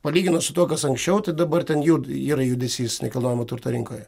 palyginus su tuo kas anksčiau tai dabar ten jau yra judesys nekilnojamo turto rinkoje